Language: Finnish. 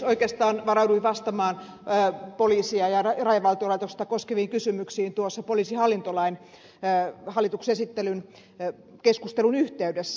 oikeastaan varauduin vastaamaan poliisia ja rajavartiolaitosta koskeviin kysymyksiin poliisihallintolakia koskevan hallituksen esityksen esittelykeskustelun yhteydessä